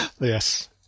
yes